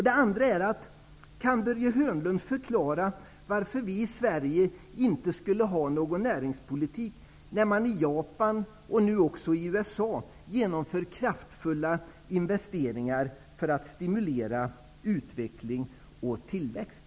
Kan Börje Hörnlund förklara varför vi i Sverige inte skulle ha någon näringspolitik, när man i Japan och även nu i USA gör kraftfulla investeringar för att stimulera utveckling och tillväxt?